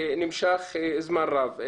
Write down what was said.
נמשך זמן רב.